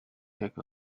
take